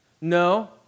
No